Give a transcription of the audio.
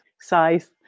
size